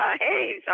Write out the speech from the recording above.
Hey